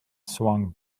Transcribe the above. swung